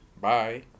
Bye